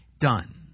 Done